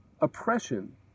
oppression